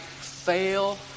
fail